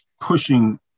pushing